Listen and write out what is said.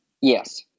Yes